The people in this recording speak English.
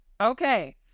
okay